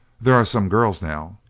there are some girls now.